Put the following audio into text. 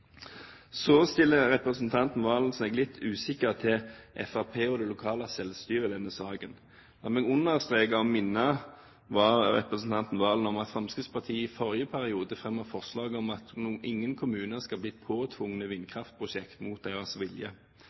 Så stiller representanten Serigstad Valen seg litt usikker til Fremskrittspartiet og det lokale selvstyret i denne saken. La meg understreke og minne representanten Serigstad Valen om at Fremskrittspartiet i forrige periode fremmet forslag om at ingen kommuner skal bli påtvunget vindkraftprosjekt mot sin vilje.